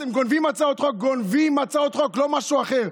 אתם גונבים הצעות חוק, לא משהו אחר.